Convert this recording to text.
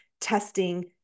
testing